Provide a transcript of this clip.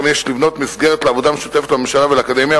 גם יש לבנות מסגרת לעבודה משותפת לממשלה ולאקדמיה